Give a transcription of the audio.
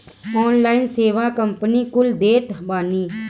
online सेवा company कुल देत बानी